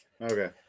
Okay